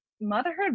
motherhood